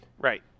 Right